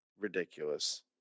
ridiculous